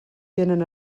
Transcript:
tenen